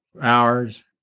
hours